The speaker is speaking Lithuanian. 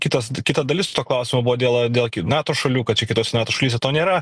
kitas kita dalis to klausimo buvo dėl dėl nato šalių kad čia kitose nato šalyse to nėra